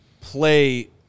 play